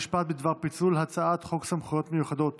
חוק ומשפט בדבר פיצול הצעת חוק סמכויות מיוחדות